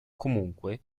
comunque